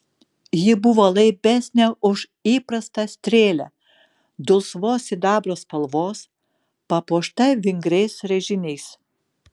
ji buvo laibesnė už įprastą strėlę dulsvos sidabro spalvos papuošta vingriais raižiniais